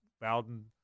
Bowden